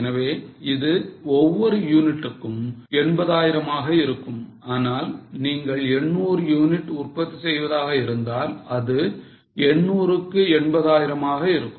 எனவே இது ஒவ்வொரு யூனிட்டுக்கும் 80000 மாக இருக்கும் ஆனால் நீங்கள் 800 யுனிட் உற்பத்தி செய்வதாக இருந்தால் அது 800 க்கு 80000 ஆக இருக்கும்